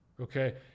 Okay